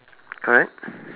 correct